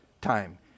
time